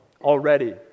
already